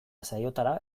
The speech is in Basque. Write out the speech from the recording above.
saiotara